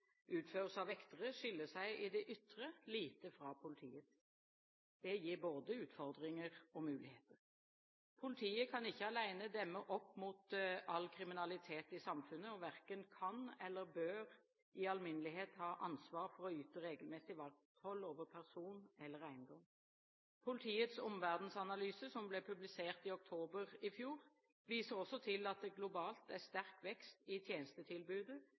av vektere, skiller seg i det ytre lite fra politiets. Det gir både utfordringer og muligheter. Politiet kan ikke alene demme opp mot all kriminalitet i samfunnet og verken kan eller bør i alminnelighet ha ansvar for å yte regelmessig vakthold over person eller eiendom. Politiets omverdensanalyse, som ble publisert i oktober i fjor, viser også til at det globalt er sterk vekst i tjenestetilbudet